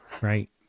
right